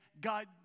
God